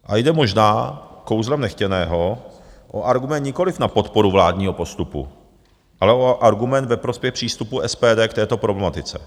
A jde možná, kouzlem nechtěného, o argument nikoliv na podporu vládního postupu, ale o argument ve prospěch přístupu SPD k této problematice.